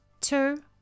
two